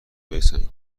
برسند